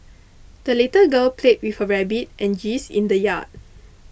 the little girl played with her rabbit and geese in the yard